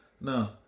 No